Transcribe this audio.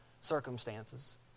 circumstances